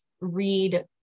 read